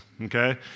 okay